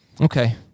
Okay